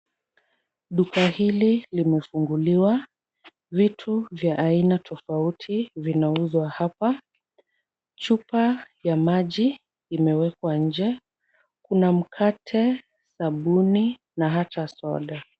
Duka hili limefunguliwa. Vitu vya aina tofauti vinauzwa hapa. Chupa ya maji imewekwa nje. Kuna mkate, sabuni na hata soda.